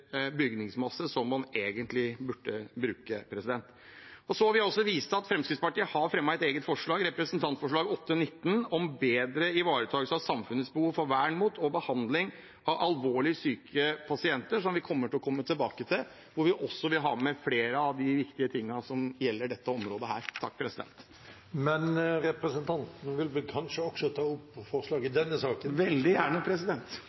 bygningsmasse som man egentlig burde bruke. Så vil jeg vise til at Fremskrittspartiet har fremmet et eget forslag, Representantforslag 19 S for 2021–2022, om bedre ivaretagelse av samfunnets behov for vern mot og behandling av alvorlig syke pasienter, som vi kommer til å komme tilbake til, hvor vi også vil ha med flere av de viktige tingene som gjelder dette området. Representanten vil kanskje også ta opp forslag i denne saken? Veldig gjerne.